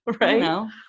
Right